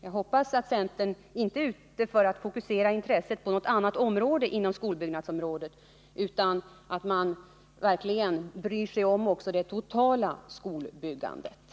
Jag hoppas att centern inte är ute efter att fokusera intresset på en liten del av skolbyggandet utan att man verkligen bryr sig om det totala skolbyggandet.